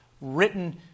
written